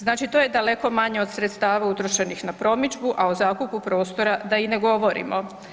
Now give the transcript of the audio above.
Znači to je daleko manje od sredstava utrošenih na promidžbu, a o zakupu prostora da i ne govorimo.